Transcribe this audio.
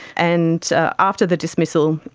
and after the dismissal,